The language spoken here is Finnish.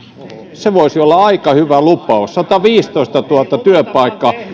se voisi olla aika hyvä lupaus sataviisitoistatuhatta työpaikkaa